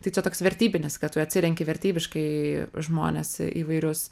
tai čia toks vertybinis kad tu atsirenki vertybiškai žmones įvairius